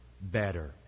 better